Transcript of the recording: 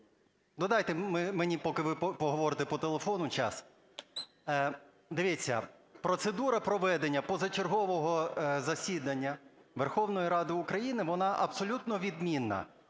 дайте мені, поки ви поговорите по телефону, час. Дивіться, процедура проведення позачергового засідання Верховної Ради України - вона абсолютно відмінна